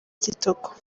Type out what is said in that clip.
kitoko